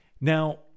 Now